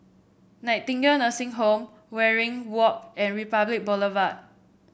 Nightingale Nursing Home Waringin Walk and Republic Boulevard